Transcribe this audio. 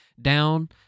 down